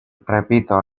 repito